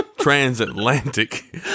transatlantic